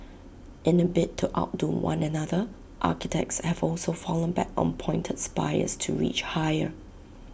in A bid to outdo one another architects have also fallen back on pointed spires to reach higher